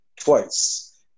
twice